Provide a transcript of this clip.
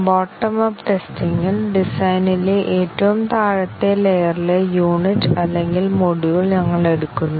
bottom up testing ഇൽ ഡിസൈനിലെ ഏറ്റവും താഴത്തെ ലേയർ ലെ യൂണിറ്റ് അല്ലെങ്കിൽ മൊഡ്യൂൾ ഞങ്ങൾ എടുക്കുന്നു